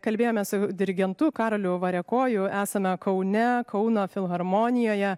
kalbėjomės su dirigentu karoliu variakoju esame kaune kauno filharmonijoje